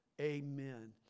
Amen